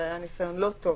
שהיה ניסיון לא טוב